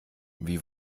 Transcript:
wie